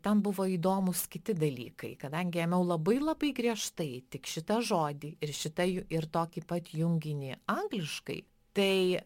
ten buvo įdomūs kiti dalykai kadangi ėmiau labai labai griežtai tik šitą žodį ir šitą ir tokį pat junginį angliškai tai